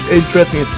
interesting